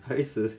are you serious